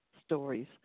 stories